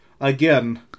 Again